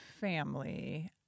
family